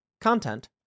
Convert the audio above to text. content